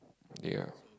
ya